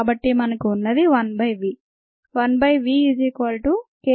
కాబట్టి మనకు ఉన్నది 1 బై v